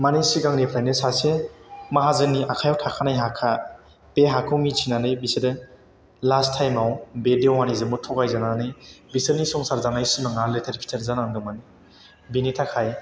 मानि सिगांनिफ्रायनो सासे माहाजोननि आखाइआव थाखानाय हाखा बे हाखौ मिथिनानै बिसोरो लास्ट टाइमाव बे देवानिजोंबो थगायजानानै बिसोरनि संसार जानायनि सिमांआ लेथेर फेथेर जानांदोंमोन बेनि थाखाय